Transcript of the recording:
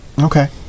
Okay